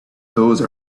those